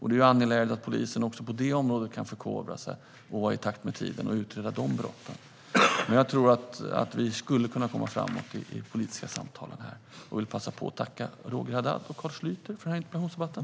Det är angeläget att polisen också på det området kan förkovra sig i takt med tiden och utreda de brotten. Vi skulle kunna komma framåt i de politiska samtalen här, och jag vill passa på att tacka Roger Haddad och Carl Schlyter för den här interpellationsdebatten.